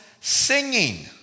singing